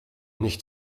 nicht